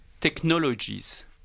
technologies